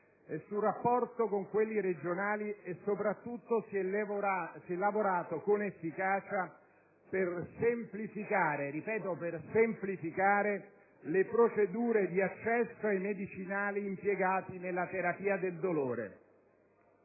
del rapporto con quelli regionali e, soprattutto, si è lavorato con efficacia per semplificare - e lo sottolineo - le procedure di accesso ai medicinali impiegati nella terapia del dolore.